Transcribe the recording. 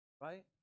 right